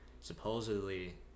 Supposedly